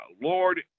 Lord